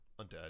undead